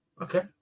Okay